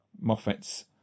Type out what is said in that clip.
Moffat's